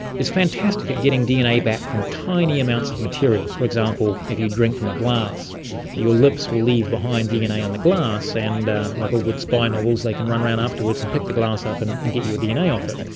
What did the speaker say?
is fantastic at getting dna back from tiny amounts of material. for example, if you drink from a glass your lips will leave behind dna on the glass, and like all good spy novels they can like and run around afterwards and pick the glass up and and get your dna off it.